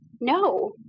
No